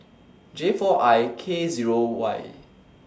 J four I K Zero Y